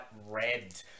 red